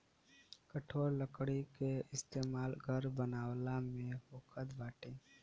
कठोर लकड़ी के इस्तेमाल घर बनावला में होखत बाटे